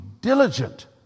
diligent